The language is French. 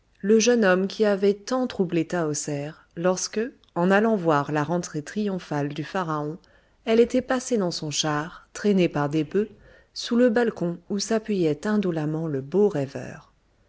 le jeune homme qui avait tant troublé tahoser lorsque en allant voir la rentrée triomphale du pharaon elle était passée dans son char traîné par des bœufs sous le balcon où s'appuyait indolemment le beau rêveur